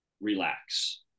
relax